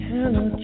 Hello